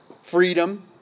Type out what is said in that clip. freedom